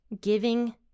giving